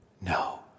no